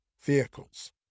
vehicles